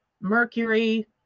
Mercury